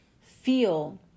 feel